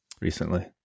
recently